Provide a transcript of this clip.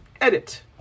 edit